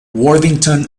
worthington